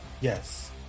Yes